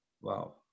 Wow